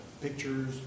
pictures